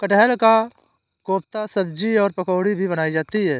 कटहल का कोफ्ता सब्जी और पकौड़ी भी बनाई जाती है